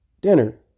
dinner